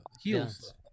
heels